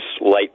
light